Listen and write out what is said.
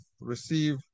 receive